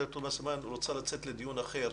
אלא שחברת הכנסת עאידה תומא סלימאן רוצה לצאת לדיון אחר,